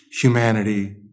humanity